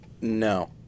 No